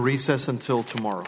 recess until tomorrow